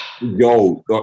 Yo